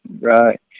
Right